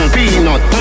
Peanut